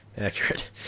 Accurate